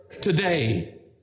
today